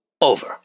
over